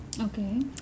okay